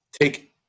take